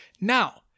Now